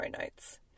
notes